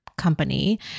company